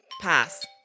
Pass